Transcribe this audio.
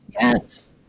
Yes